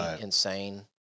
insane